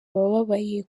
abababaye